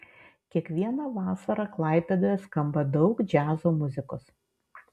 kiekvieną vasarą klaipėdoje skamba daug džiazo muzikos